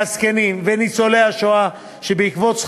של הזקנים ושל ניצולי השואה שבעקבות העלאת